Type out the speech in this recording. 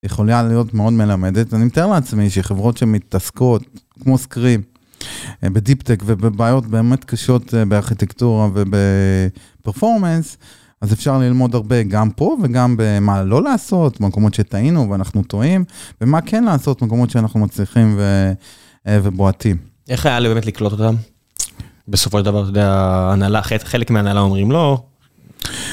יכולה להיות מאוד מלמדת ואני מתאר לעצמי שחברות שמתעסקות כמו סקרי בדיפטק ובבעיות באמת קשות בארכיטקטורה ובפרפורמנס. אז אפשר ללמוד הרבה גם פה וגם במה לא לעשות מה המקומות שטעינו ואנחנו טועים ומה כן לעשות במקומות שאנחנו מצליחים ובועטים. איך היה באמת לקלוט אותם? בסופו של דבר, אתה יודע, חלק מההנהלה אומרים לא.